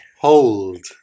Hold